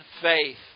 faith